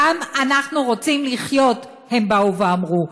גם אנחנו רוצים לחיות, הם באו ואמרו.